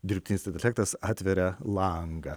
dirbtinis intelektas atveria langą